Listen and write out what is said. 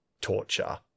torture